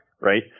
right